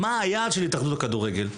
מה היעד של התאחדות הכדורגל?